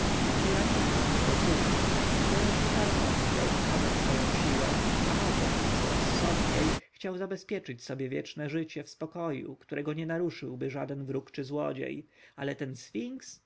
piramidy rozumiem potężny faraon chciał okazać swoją siłę a może co rozsądniej chciał zabezpieczyć sobie wieczne życie w spokoju którego nie naruszyłby żaden wróg czy złodziej ale ten